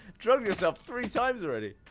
drugged yourself three times already!